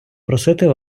просити